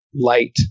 light